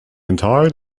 entire